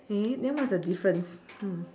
eh then what's the difference hmm